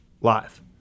live